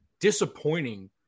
disappointing